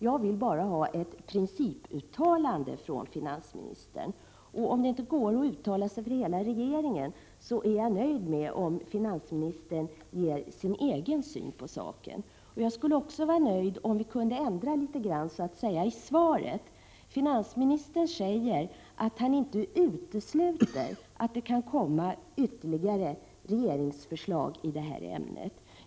Jag vill bara ha ett principuttalande från finansmi — 11 december 1987 nistern. Om finansministern inte kan uttala sig för hela regeringen, så är jag EN = SE ; Om uttaget av preliminöjd om finansministern anger sin egen syn på saken. nänB:skatiför jord: Jag skulle också vara nöjd om vi kunde ändra litet i svaret. Finansministern brukäre säger att han inte utesluter att det kan komma ytterligare regeringsförslag i det här ämnet.